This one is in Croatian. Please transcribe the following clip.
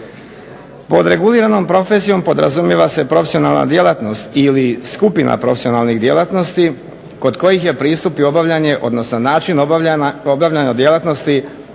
Pod reguliranom profesijom podrazumijeva se profesionalna djelatnost ili skupina profesionalnih djelatnosti kod kojih je pristup i obavljanje, odnosno način obavljanja djelatnosti